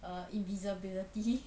err invisibility